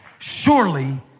surely